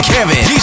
Kevin